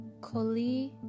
Koli